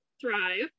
Thrive